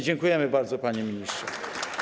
Dziękujemy bardzo, panie ministrze.